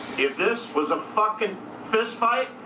if this was a fucking fist fight